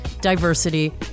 diversity